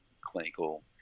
clinical